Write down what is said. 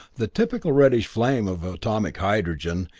the typical reddish flame of atomic hydrogen,